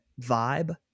vibe